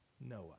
Noah